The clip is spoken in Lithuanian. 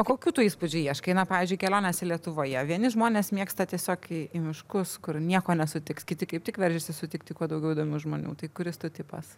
o kokių tu įspūdžių ieškai na avyzdžiui kelionės lietuvoje vieni žmonės mėgsta tiesiog į miškus kur nieko nesutiks kiti kaip tik veržiasi sutikti kuo daugiau įdomių žmonių tai kuris tu tipas